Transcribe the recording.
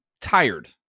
tired